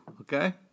Okay